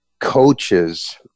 coaches